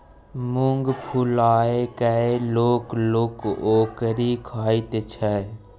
मुँग फुलाए कय लोक लोक ओकरी खाइत छै